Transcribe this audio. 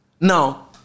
Now